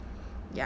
ya